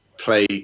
Play